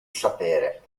sapere